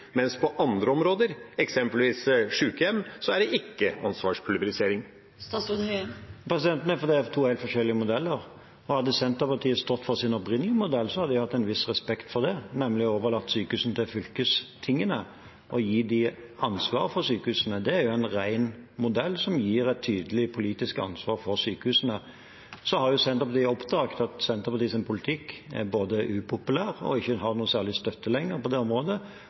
mens det på andre områder, eksempelvis sjukehjem, ikke er ansvarspulverisering? Det er fordi det er to helt forskjellige modeller. Hadde Senterpartiet stått for sin opprinnelige modell, hadde jeg hatt en viss respekt for det, nemlig å overlate sykehusene til fylkestingene og gi dem ansvaret for sykehusene. Det er jo en ren modell som gir et tydelig politisk ansvar for sykehusene. Så har Senterpartiet oppdaget at deres politikk på det området både er upopulær og ikke har noen særlig støtte lenger,